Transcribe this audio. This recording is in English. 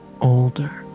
older